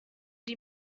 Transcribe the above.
die